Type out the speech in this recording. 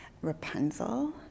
Rapunzel